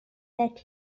that